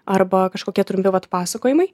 arba kažkokie trumpi vat pasakojimai